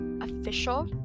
official